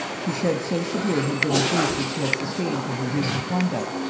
she said, so severe had been the grief which she had sustained from her recent conduct,